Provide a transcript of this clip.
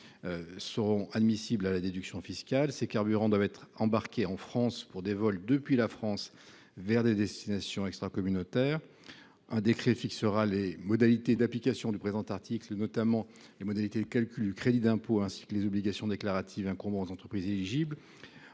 seront éligibles à la déduction fiscale. Ces carburants doivent être embarqués en France pour des vols depuis la France vers des destinations extracommunautaires. Un décret fixera les modalités d’application du présent article, notamment les règles de calcul du crédit d’impôt, ainsi que les obligations déclaratives incombant aux entreprises éligibles.